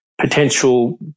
potential